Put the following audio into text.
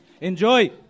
Enjoy